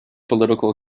political